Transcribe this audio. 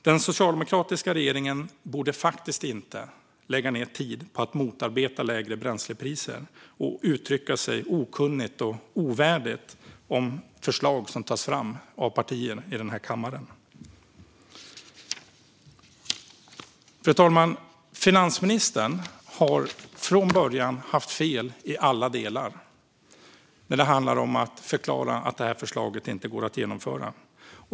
Den socialdemokratiska regeringen borde faktiskt inte lägga ned tid på att motarbeta lägre bränslepriser och uttrycka sig okunnigt och ovärdigt om förslag som tas fram av partier i den här kammaren. Fru talman! Finansministern har från början haft fel i alla delar när det handlar om att förklara att det här förslaget inte går att genomföra.